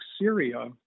Syria